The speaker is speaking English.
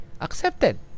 accepted